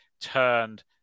turned